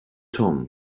tom